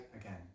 again